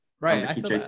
Right